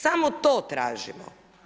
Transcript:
Samo to tražimo.